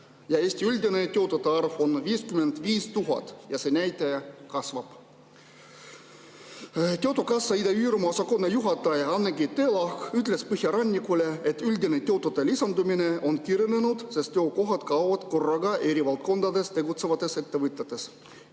Eesti üldine töötute arv on 55 000 ja see näitaja kasvab. Töötukassa Ida-Virumaa osakonna juhataja Anneli Teelahk ütles Põhjarannikule, et üldine töötute lisandumine on kiirenenud, sest töökohad kaovad korraga eri valdkondades tegutsevates ettevõtetes.